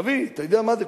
נביא, אתה יודע מה זה?